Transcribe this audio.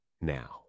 now